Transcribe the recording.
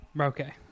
Okay